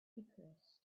depressed